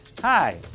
Hi